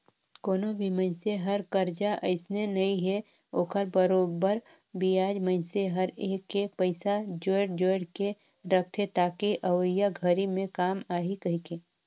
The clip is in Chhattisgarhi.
कोनो भी मइनसे हर करजा अइसने नइ हे ओखर बरोबर बियाज मइनसे हर एक एक पइसा जोयड़ जोयड़ के रखथे ताकि अवइया घरी मे काम आही कहीके